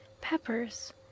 peppers